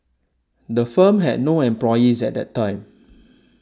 the firm had no employees at that time